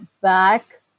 back